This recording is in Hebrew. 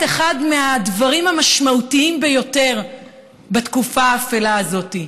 אחד מהדברים המשמעותיים ביותר בתקופה האפלה הזאת,